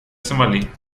сомали